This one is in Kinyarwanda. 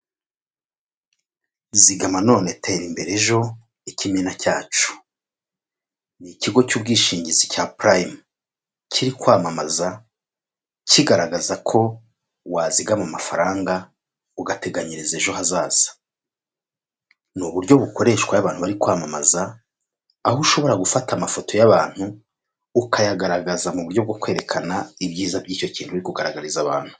Zigama none tera imbere ejo, ikimina cyacu, ni ikigo cy'ubwishingizi cya purayime , kiri kwamamaza, kigaragaza ko wazigama amafaranga, ugateganyiriza ejo hazaza. Ni uburyo bukoreshwa abantu iyo bari kwamamaza, aho ushobora gufata amafoto y'abantu, ukayagaragaza mu buryo bwo kwerekana ibyiza by'icyo kigo kugaragariza abantu.